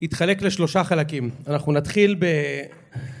התחלק לשלושה חלקים אנחנו נתחיל ב...